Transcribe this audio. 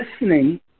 listening